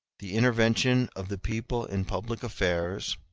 the intervention of the people in public affairs,